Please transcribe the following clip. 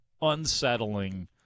unsettling